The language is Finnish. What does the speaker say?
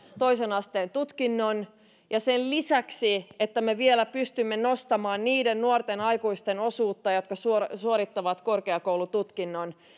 toisen asteen tutkinnon sen lisäksi että me vielä pystymme nostamaan niiden nuorten aikuisten osuutta jotka suorittavat korkeakoulututkinnon